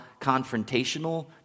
confrontational